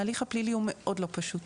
ההליך הפלילי הוא מאוד לא פשוט.